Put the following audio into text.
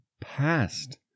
past